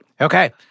Okay